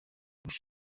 kandi